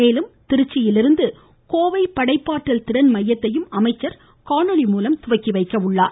மேலும் திருச்சியிலிருந்து கோவை படைப்பாற்றல் திறன் மையத்தையும் அமைச்சா் காணொலி மூலம் துவக்கி வைக்கிறார்